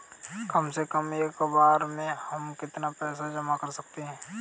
कम से कम एक बार में हम कितना पैसा जमा कर सकते हैं?